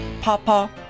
Papa